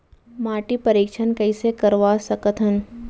माटी परीक्षण कइसे करवा सकत हन?